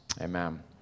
Amen